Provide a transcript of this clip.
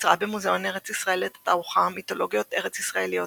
אצרה במוזיאון ארץ ישראל את התערוכה "מיתולוגיות ארץ ישראליות"